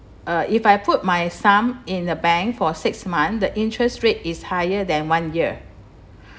uh if I put my sum in the bank for six month the interest rate is higher than one year